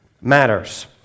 matters